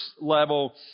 level